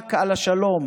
במאבק על השלום,